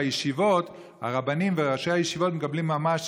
בישיבות הרבנים וראשי הישיבות מקבלים ממש